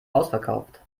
ausverkauft